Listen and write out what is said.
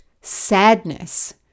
sadness